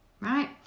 right